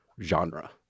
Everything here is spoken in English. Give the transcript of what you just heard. genre